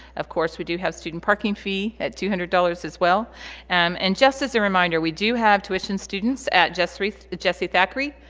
of course we do have student parking fee at two hundred dollars as well and just as a reminder we do have tuition students at jessie jessie thackery.